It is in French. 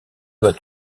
doit